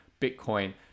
Bitcoin